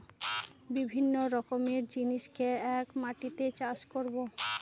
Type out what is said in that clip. বিভিন্ন রকমের জিনিসকে এক মাটিতে চাষ করাবো